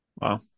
Wow